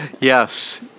Yes